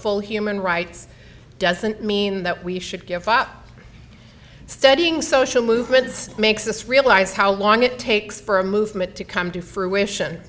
full human rights doesn't mean that we should give up studying social movements makes us realize how long it takes for a movement to come to fruition